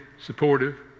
supportive